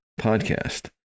podcast